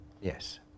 Yes